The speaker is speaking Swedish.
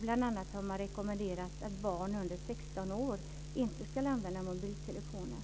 Bl.a. har man rekommenderat att barn under 16 år inte ska använda mobiltelefoner.